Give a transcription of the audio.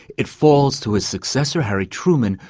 it falls to his successor, harry truman,